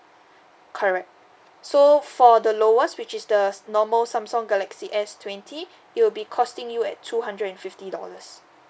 correct so for the lowest which is the normal samsung galaxy S twenty it'll be costing you at two hundred and fifty dollars